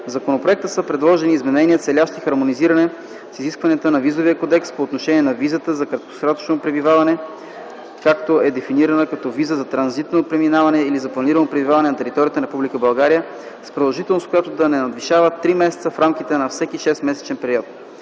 законопроекта са предложени изменения, целящи хармонизиране с изискванията на Визовия кодекс по отношение на визата за краткосрочно пребиваване, която е дефинирана като виза за транзитно преминаване или за планирано пребиваване на територията на Република България с продължителност, която да не надвишава 3 месеца в рамките на всеки 6-месечен период.